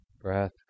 breath